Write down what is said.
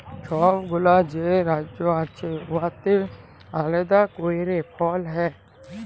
ছব গুলা যে রাজ্য আছে উয়াতে আলেদা ক্যইরে ফল হ্যয়